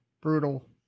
brutal